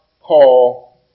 call